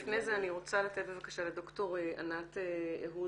לפני זה אני רוצה לתת בבקשה לד"ר ענת אהוד,